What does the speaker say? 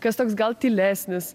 kas toks gal tylesnis